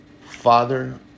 Father